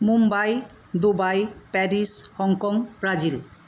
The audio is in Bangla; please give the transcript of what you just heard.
Mumbai Dubai Paris Hong Kong Brazil